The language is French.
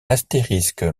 astérisque